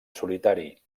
solitari